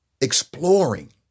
exploring